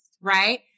right